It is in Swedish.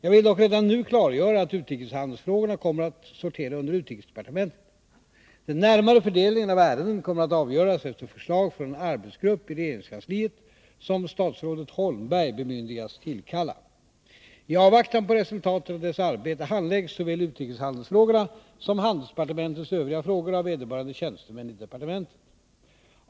Jag vill dock redan nu klargöra att utrikeshandelsfrågorna kommer att sortera under utrikesdepartementet. Den närmare fördelningen av ärenden kommer att avgöras efter förslag från en arbetsgrupp i regeringskansliet som statsrådet Holmberg bemyndigats tillkalla. I avvaktan på resultatet av dess arbete handläggs såväl utrikeshandelsfrågorna som handelsdepartementets övriga frågor av vederbörande tjänstemän i departementet.